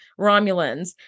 Romulans